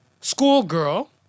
schoolgirl